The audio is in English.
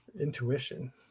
Intuition